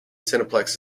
cineplex